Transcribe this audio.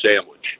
sandwich